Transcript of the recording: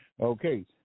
Okay